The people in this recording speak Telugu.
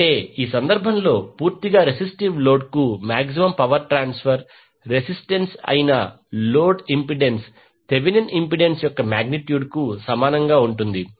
అంటే ఈ సందర్భంలో పూర్తిగా రెసిస్టివ్ లోడ్కు మాక్సిమం పవర్ ట్రాన్స్ఫర్ రెసిస్టెన్స్ అయిన లోడ్ ఇంపెడెన్స్ థెవెనిన్ ఇంపెడెన్స్ యొక్క మాగ్నిట్యూడ్ కు సమానంగా ఉంటుంది